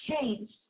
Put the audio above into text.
changed